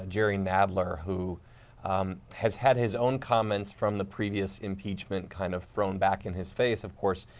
ah jerry nadler, who has had his own comments from the previous impeachment kind of thrown back in his face, of course,